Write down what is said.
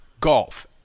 golf